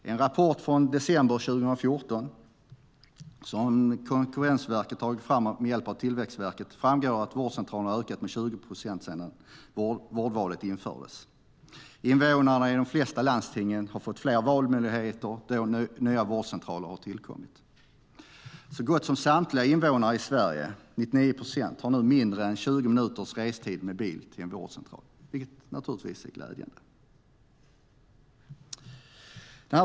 I en rapport från december 2014, som Konkurrensverket har tagit fram med hjälp av Tillväxtverket, framgår att vårdcentralerna har ökat med 20 procent sedan vårdvalet infördes. Invånarna i de flesta landsting har fått fler valmöjligheter då nya vårdcentraler har tillkommit. Så gott som samtliga invånare i Sverige, 99 procent, har nu mindre än 20 minuters restid med bil till en vårdcentral, vilket naturligtvis är glädjande.